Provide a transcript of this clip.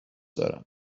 دارم